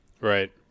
Right